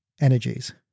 energies